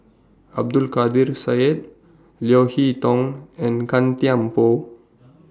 Abdul Kadir Syed Leo Hee Tong and Gan Thiam Poh